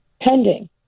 pending